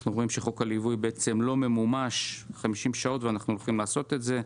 אנחנו רואים שחוק הליווי לא ממומש ואנחנו הולכים לעשות את זה.